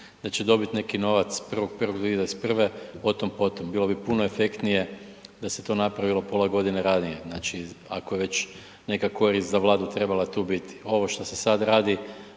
da će dobiti neki novac 1.1.2021., o tom potom. Bilo bi puno efektnije da se to napravilo pola godine ranije. Znači, ako već neka korist za Vladu je trebala tu biti. Ovo što se sad radi,